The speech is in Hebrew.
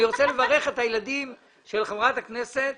אני רוצה לברך את הילדים של חברת הכנסת